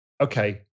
Okay